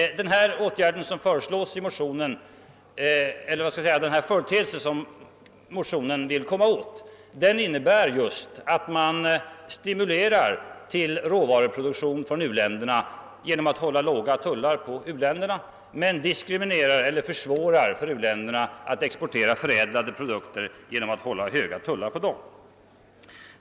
Den företeelse som vi vill komma åt i motionen är just att man stimulerar till råvaruproduktion i u-länderna genom låga tullar samtidigt som man genom höga tullar försvårar för u-länderna att exportera förädlade produkter.